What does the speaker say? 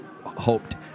hoped